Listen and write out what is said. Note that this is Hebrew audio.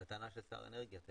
זו הטענה של שר האנרגיה.